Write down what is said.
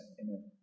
amen